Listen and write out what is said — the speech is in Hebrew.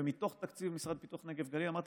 ומתוך תקציב המשרד לפיתוח הנגב והגליל אמרתי: